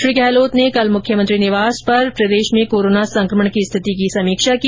श्री गहलोत ने कल मुख्यमंत्री निवास पर प्रदेश में कोरोना संक्रमण की स्थिति की समीक्षा की